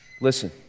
listen